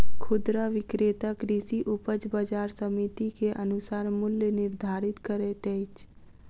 खुदरा विक्रेता कृषि उपज बजार समिति के अनुसार मूल्य निर्धारित करैत अछि